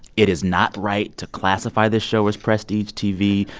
it is not right to classify this show as prestige tv,